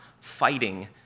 fighting